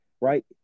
right